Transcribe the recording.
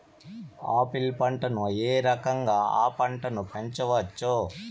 Apple పంటను ఏ రకంగా అ పంట ను పెంచవచ్చు?